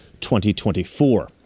2024